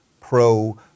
Pro